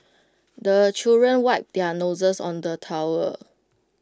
the children wipe their noses on the towel